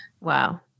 Wow